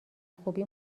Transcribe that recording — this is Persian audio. خوبی